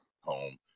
home